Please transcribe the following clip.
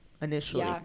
initially